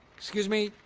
excuse me.